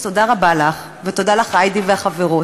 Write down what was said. אז תודה רבה לך, ותודה לך, היידי, והחברות,